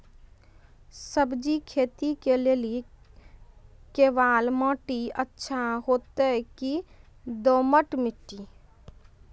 सब्जी खेती के लेली केवाल माटी अच्छा होते की दोमट माटी?